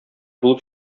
булып